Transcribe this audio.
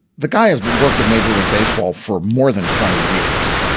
the guy has worked at major league baseball for more than twenty years.